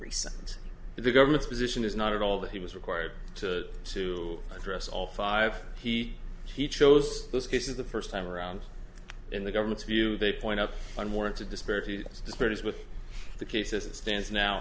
to the government's position is not at all that he was required to address all five he he chose those cases the first time around in the government's view they point out and more into disparities disparities with the case as it stands now